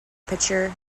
pitcher